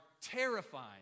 terrifying